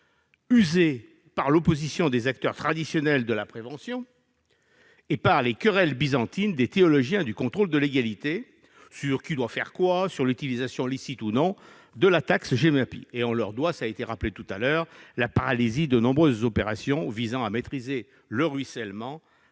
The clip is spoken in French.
usées par l'opposition des acteurs traditionnels de la prévention et par les querelles byzantines des théologiens du contrôle de légalité, à propos de « qui doit faire quoi » et de l'utilisation licite ou non de la taxe Gemapi. On leur doit la paralysie de nombreuses opérations visant à maîtriser le ruissellement,